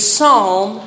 Psalm